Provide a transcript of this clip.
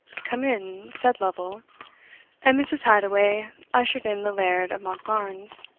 come in, said lovel and mrs. hadoway ushered in the laird of monkbarns.